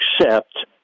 accept